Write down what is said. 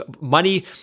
Money